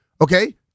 Okay